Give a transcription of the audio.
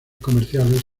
comerciales